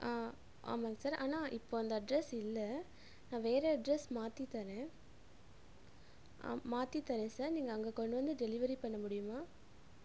ஆமாங்க சார் ஆனால் இப்போ அந்த அட்ரஸ் இல்லை நான் வேற அட்ரஸ் மாற்றி தர்றேன் மாற்றி தர்றேன் சார் நீங்கள் அங்கே கொண்டு வந்து டெலிவரி பண்ண முடியுமா